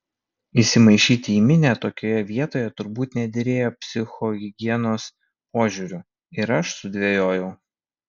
įsimaišyti į minią tokioje vietoje turbūt nederėjo psichohigienos požiūriu ir aš sudvejojau